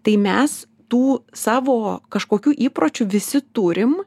tai mes tų savo kažkokių įpročių visi turim